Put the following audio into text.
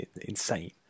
insane